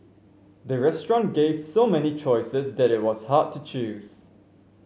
the restaurant gave so many choices that it was hard to choose